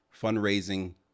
fundraising